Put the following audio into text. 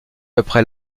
après